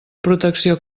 protecció